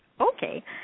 Okay